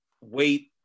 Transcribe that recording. wait